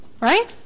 right